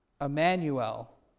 Emmanuel